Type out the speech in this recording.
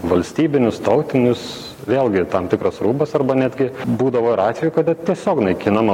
valstybinius tautinius vėlgi tam tikras rūbas arba netgi būdavo ir atvejų kada tiesiog naikinama